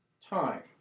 time